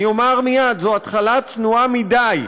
אני אומר מייד: זו התחלה צנועה מדי,